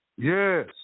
Yes